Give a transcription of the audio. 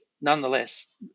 nonetheless